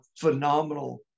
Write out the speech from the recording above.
phenomenal